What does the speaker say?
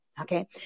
Okay